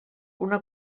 una